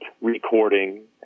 recording